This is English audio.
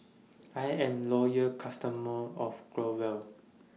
I Am Loyal customer of Growell